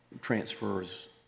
transfers